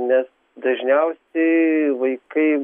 nes dažniausiai vaikai